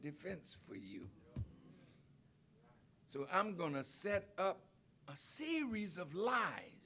defense for you so i'm going to set up a series of lie